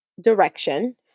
direction